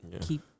Keep